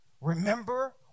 Remember